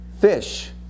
fish